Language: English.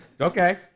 Okay